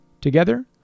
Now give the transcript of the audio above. Together